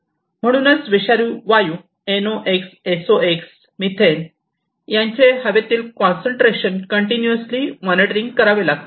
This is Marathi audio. म्हणूनच विषारी वायू Nox SOx मिथेन यांचे हवेतील कॉन्सन्ट्रेशन कंटिन्यूअसली मॉनिटरिंग करावे लागते